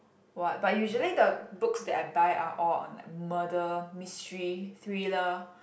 what but usually the books that I buy are all on like murder mystery thriller